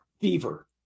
fever